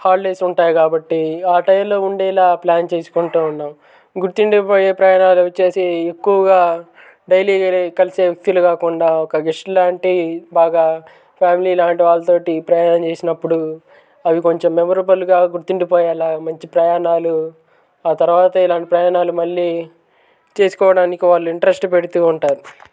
holidays ఉంటాయి కాబట్టి ఆ టైములో ఉండేలా ప్లాన్ చేసుకుంటూ ఉంటాం గుర్తుండిపోయే ప్రయాణాలు వచ్చేసి ఎక్కువగా డైలీ కలిసే వ్యక్తులు కాకుండా ఒక గెస్ట్ లాంటి బాగా ఫ్యామిలీ లాంటివాళ్ళతోటి ప్రయాణం చేసినప్పుడు అవి కొంచం మెమొరబుల్గా గుర్తుండిపోయేలా మంచి ప్రయాణాలు ఆ తర్వాత ఇలాంటి ప్రయాణాలు మళ్ళీ చేసుకోవడానికి వాళ్ళు ఇంటరెస్ట్ పెడుతూ ఉంటారు